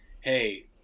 hey